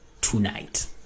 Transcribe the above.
tonight